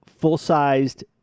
full-sized